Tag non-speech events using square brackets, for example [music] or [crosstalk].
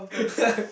[laughs]